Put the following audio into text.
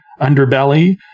underbelly